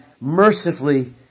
mercifully